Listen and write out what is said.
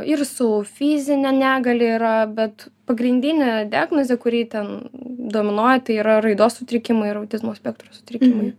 ir su fizine negalia yra bet pagrindinė diagnozė kuri ten dominuoja tai yra raidos sutrikimai ir autizmo spektro sutrikimai